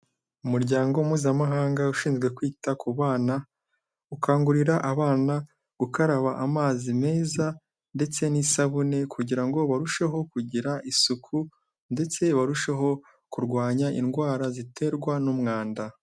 Umuryango mpuzamahanga ushinzwe kwita ku bana, ukangurira abana gukaraba amazi meza ndetse n'isabune kugira ngo barusheho kugira isuku ndetse barusheho kurwanya indwara ziterwa n'umwanda.